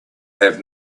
have